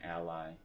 ally